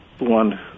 one